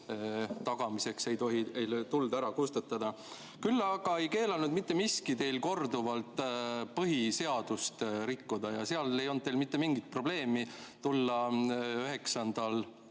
tagamiseks ei tohi tuld ära kustutada. Küll aga ei keelanud mitte miski teil korduvalt põhiseadust rikkuda. Teil ei olnud mitte mingit probleemi tulla 9.